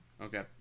Okay